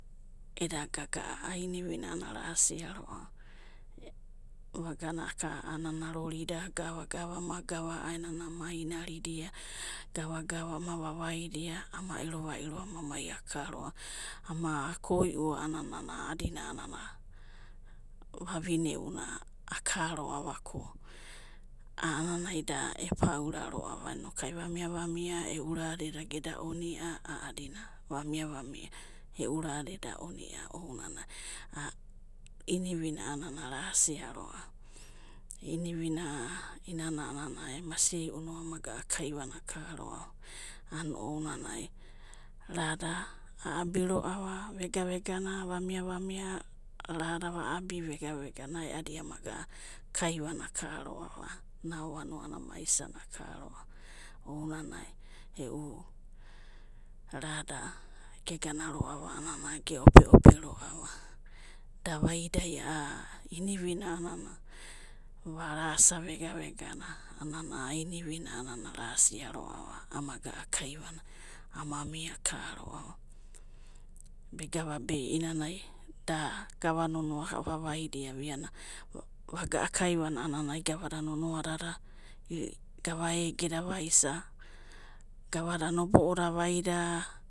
Eda gaga'a, a'a inivina arasiaroava vagana aka a'a rorida, gava gava ama inaridia, gava gava ama vavaidia, ama ero vairo ama mai akaroava ama koi'u a'anana vavine'una akaroavako a'ananai da epaura roava inokai va'mia va'mia e'u rada eda onia ourarai a'a inivina a'anana arasiaroava. Inivinia i'inana ema siei'u no amo gana a'akivanai akaroava a'an ounanai, rada a'abia roava vega vega, va'mia va'mia radava abia vega vega aeadi ama gana a'akaivana akaroava. Nao'vanuana amaisana akaroava. Ounanai e'u, rada geganaroava a'anana ge'ope ope roava, da'vaidai aa inivina a'anana varasa vega vegana a'anana a'a inivina arasia'roava ama ga aa kaivanai ama mia akaroava, be gavabe da i'inanai da gava nonoadada gava egeda va'is'a gavada nobo'oda vaida.